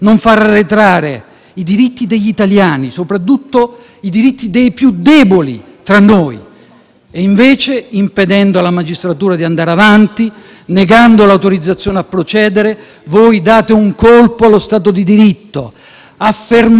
colleghi, impedendo alla magistratura di andare avanti e negando l'autorizzazione a procedere, date un colpo allo Stato di diritto e affermate che quello della politica è un potere assoluto, arbitrario e sopra la legge.